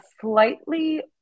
slightly